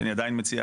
שאני עדיין מציע,